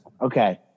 okay